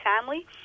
family